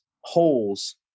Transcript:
holes